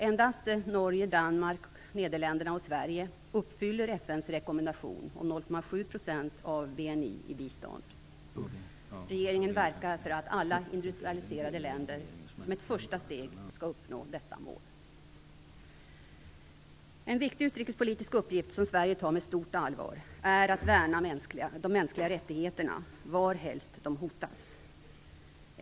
Endast Norge, Danmark, Nederländerna och Sverige uppfyller FN:s rekommendation om 0,7 % av BNI i bistånd. Regeringen verkar för att alla industrialiserade länder som ett första steg skall uppnå detta mål. En viktig utrikespolitisk uppgift som Sverige tar på stort allvar är att värna de mänskliga rättigheterna varhelst de hotas.